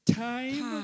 time